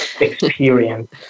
experience